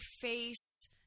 face